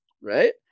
right